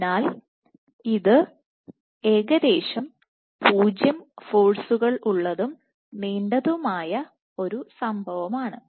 അതിനാൽ ഇത് ഏകദേശം 0 ഫോഴ്സുകൾ ഉള്ളതും നീണ്ടതുമായ ആയ ഒരു സംഭവമാണ്